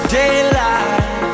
daylight